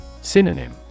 Synonym